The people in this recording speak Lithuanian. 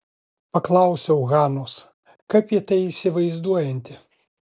paklausiau hanos kaip ji tai įsivaizduojanti